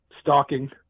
stalking